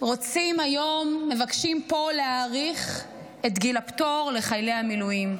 היום מבקשים פה להאריך את גיל הפטור לחיילי המילואים.